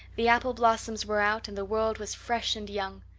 the apple blossoms were out and the world was fresh and young.